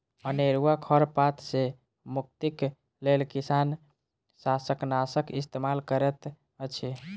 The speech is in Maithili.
अनेरुआ खर पात सॅ मुक्तिक लेल किसान शाकनाशक इस्तेमाल करैत अछि